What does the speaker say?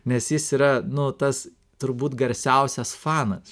nes jis yra nu tas turbūt garsiausias fanas